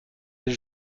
elle